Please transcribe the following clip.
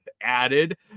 added